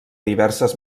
diverses